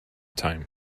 time